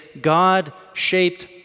God-shaped